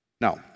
now